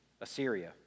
Assyria